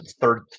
third